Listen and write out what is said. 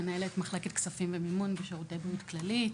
מנהלת מחלקת כספים ומימון בשירותי בריאות כללית.